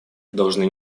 должны